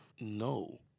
No